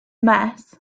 mess